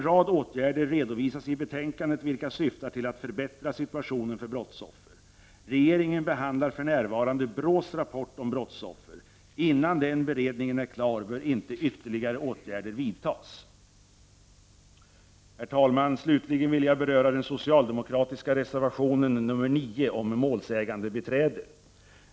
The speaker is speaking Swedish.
I betänkandet redovisas en rad åtgärder som syftar till att förbättra situationen för brottsoffer. Regeringen behandlar för närvarande BRÅ:s rapport om brottsoffer. Innan den beredningen är klar bör inga ytterligare åtgärder vidtas. Herr talman! Slutligen vill jag beröra den socialdemokratiska reservationen nr 9 om målsägandebiträde.